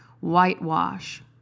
whitewash